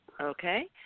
Okay